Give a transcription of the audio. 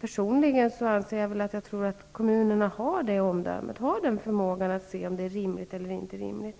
Personligen anser jag att man i kommunerna har det omdömet och har förmågan att se om det är rimligt eller ej.